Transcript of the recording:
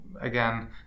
again